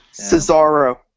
Cesaro